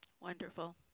Wonderful